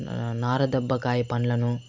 ఆ నారదబ్బకాయ పండ్లను